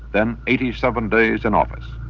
then eighty seven days in office,